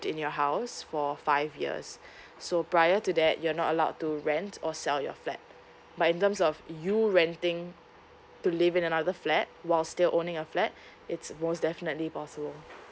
in your house for five years so prior to that you're not allowed to rent or sell your flat but in terms of you renting to live in another flat while still owning a flat it's most definitely possible